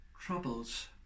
troubles